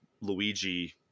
luigi